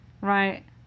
right